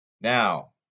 Now